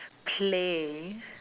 play